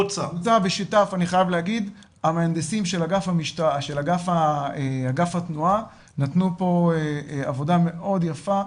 בוצע בשיתוף המהנדסים של אגף תנועה נתנו פה עבודה מאוד יפה,